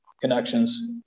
connections